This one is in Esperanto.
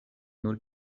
nur